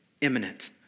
imminent